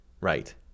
Right